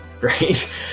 right